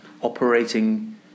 operating